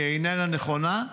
היא איננה נכונה.